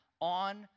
on